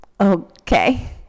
okay